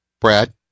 Brad